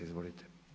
Izvolite.